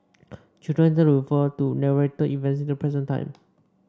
children tend to refer to narrated events in the present time